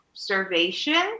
observation